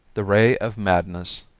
the ray of madness,